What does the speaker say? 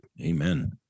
Amen